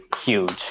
huge